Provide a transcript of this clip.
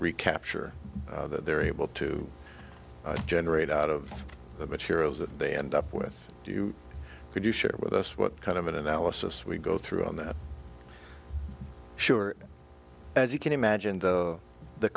recapture that they're able to generate out of the materials that they end up with you could you share with us what kind of an analysis we go through on that sure as you can imagine the